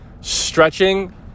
stretching